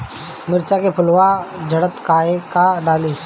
मिरचा के फुलवा झड़ता काहे का डाली?